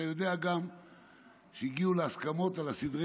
אתה יודע גם שהגיעו להסכמות על סדרי